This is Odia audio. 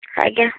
ଆଜ୍ଞା